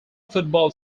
football